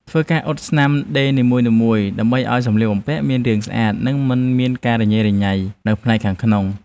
ធ្វើការអ៊ុតស្នាមដេរនីមួយៗ ដើម្បីឱ្យសម្លៀកបំពាក់មានរាងស្អាត និងមិនមានការរញ៉េរញ៉ៃនៅផ្នែកខាងក្នុង។